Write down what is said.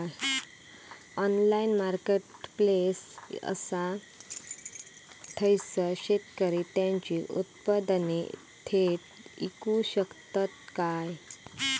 Online marketplace असा थयसर शेतकरी त्यांची उत्पादने थेट इकू शकतत काय?